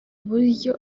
buryo